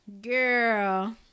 girl